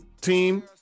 team